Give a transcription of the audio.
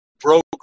broke